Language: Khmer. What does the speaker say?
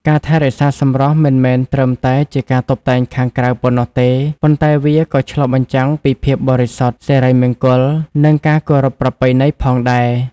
ការថែរក្សាសម្រស់មិនមែនត្រឹមតែជាការតុបតែងខាងក្រៅប៉ុណ្ណោះទេ ប៉ុន្តែវាក៏ឆ្លុះបញ្ចាំងពីភាពបរិសុទ្ធ សិរីមង្គល និងការគោរពប្រពៃណីផងដែរ ។